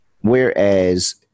Whereas